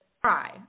try